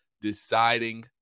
deciding